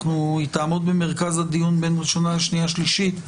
היא תעמוד במרכז הדיון בין הקריאה הראשונה לקריאה השנייה והשלישית,